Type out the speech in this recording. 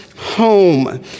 home